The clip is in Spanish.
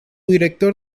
director